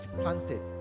planted